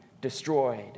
destroyed